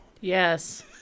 Yes